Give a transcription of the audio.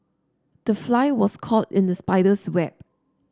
the fly was caught in the spider's web